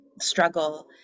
struggle